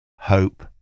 Hope